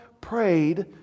prayed